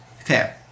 Okay